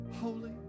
holy